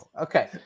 Okay